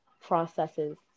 processes